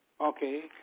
Okay